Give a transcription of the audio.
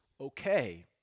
Okay